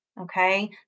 Okay